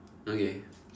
okay